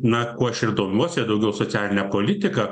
na kuo aš ir domiuosi daugiau socialine politika